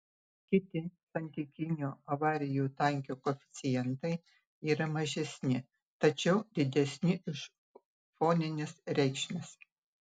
kiti santykinio avarijų tankio koeficientai yra mažesni tačiau didesni už fonines reikšmes